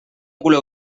color